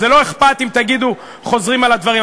וזה לא אכפת אם תגידו, חוזרים על הדברים.